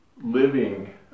living